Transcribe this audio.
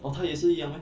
orh 他也是一样 meh